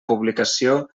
publicació